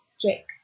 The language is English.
Jake